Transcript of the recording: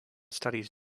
studies